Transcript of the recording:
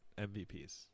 MVPs